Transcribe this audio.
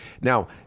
Now